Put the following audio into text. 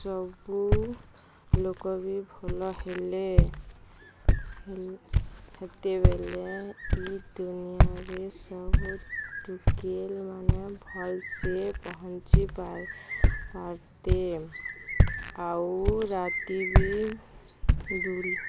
ସବୁ ଲୋକ ବି ଭଲ ହେଲେ ସେତେବେଳେ ଏ ଦୁନିଆରେ ସବୁ ଝିଅମାନେ ଭଲରେ ପହଞ୍ଚି ପାରନ୍ତେ ଆଉ ରାତିରେ ବି